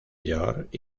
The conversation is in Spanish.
york